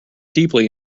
deeply